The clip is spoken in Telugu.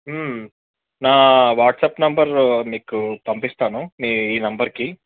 నా వాట్సప్ నంబర్ మీకు పంపిస్తాను మీ ఈ నెంబర్కి